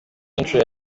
inshuro